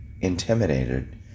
intimidated